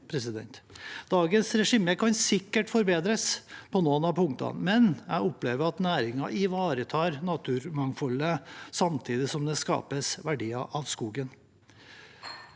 Dagens regime kan sikkert forbedres på noen av punktene, men jeg opplever at næringen ivaretar naturmangfoldet samtidig som det skapes verdier av skogen.